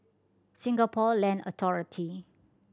Singapore Land Authority